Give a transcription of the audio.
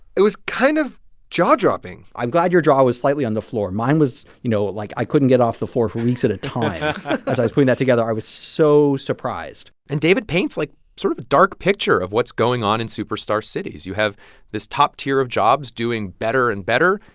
it was kind of jaw-dropping i'm glad your jaw was slightly on the floor. mine was, you know, like, i couldn't get off the floor for weeks at a time as i was putting that together, i was so surprised and david paints, like, sort of a dark picture of what's going on in superstar cities. you have this top tier of jobs doing better and better.